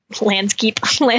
Landscape